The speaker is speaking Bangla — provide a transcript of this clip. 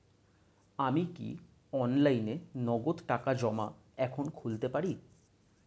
আমি কি অনলাইনে নগদ টাকা জমা এখন খুলতে পারি?